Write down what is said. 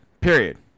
Period